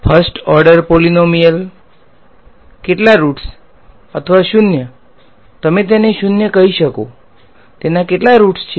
first order polynomial કેટલા roots અથવા શૂન્ય તમે તેને શૂન્ય કહી શકો તેના કેટલા રુટ્સ છે